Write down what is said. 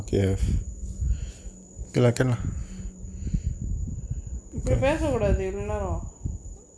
இப்புடி பேசகூடாது இவளோ நேரோ:ippudi pesakoodathu ivalo nero